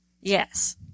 Yes